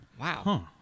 Wow